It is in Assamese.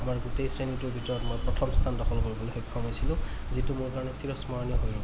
আমাৰ গোটেই শ্ৰেণীটোৰ ভিতৰত মই প্ৰথম স্থান দখল কৰিবলৈ সক্ষম হৈছিলোঁ যিটো মোৰ কাৰণে চিৰ স্মৰণীয় হৈ ৰ'ব